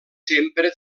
sempre